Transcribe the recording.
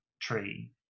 tree